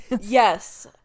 Yes